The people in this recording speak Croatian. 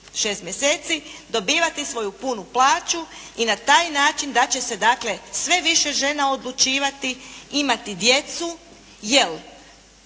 6 mjeseci dobivati svoju punu plaću i na taj način da će se dakle sve više žena odlučivati imati djecu. Jer